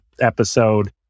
episode